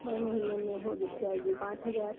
छः महीने में हो जाएगी पाँच हजार